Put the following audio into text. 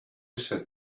sat